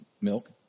milk